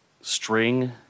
string